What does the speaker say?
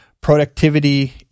productivity